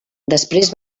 després